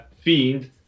Fiend